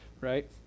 right